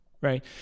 right